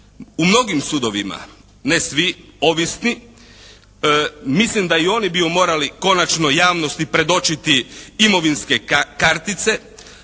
u mnogim sudovima, ne svi, ovisni. Mislim da i oni bi morali konačno javnosti predočiti imovinske kartice,